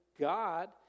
God